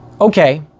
okay